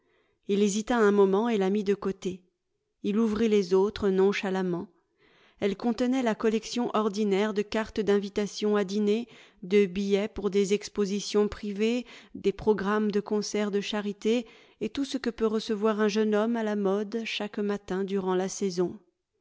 il hésita un moment et la mit de côté il ouvrit les autres nonchalamment elles contenaient la collection ordinaire de cartes d'invitation à dîner de billets pour des expositions privées des programmes de concerts de charité et tout ce que peut recevoir un jeune homme à la mode chaque matin durant la saison